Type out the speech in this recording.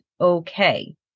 okay